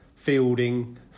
fielding